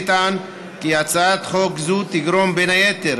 נטען כי הצעת חוק זו תגרום בין היתר